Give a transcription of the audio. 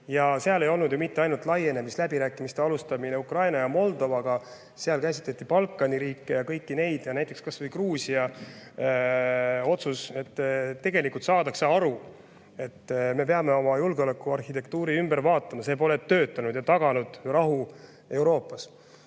Seal ei olnud ju mitte ainult laienemisläbirääkimiste alustamine Ukraina ja Moldovaga, vaid seal käsitleti Balkani riike ja kõiki teisi, kui arvestada näiteks kas või Gruusia otsust. Tegelikult saadakse aru, et me peame oma julgeolekuarhitektuuri ümber tegema, sest see pole toiminud ega taganud rahu Euroopas.